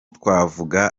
twavuga